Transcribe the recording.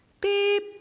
Beep